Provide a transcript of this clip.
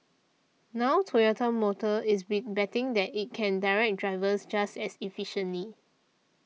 now Toyota Motor is big betting that it can direct drivers just as efficiently